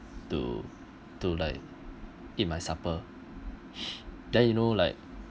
to to like eat my supper then you know like